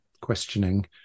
questioning